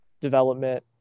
development